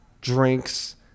drinks